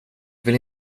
vill